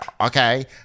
okay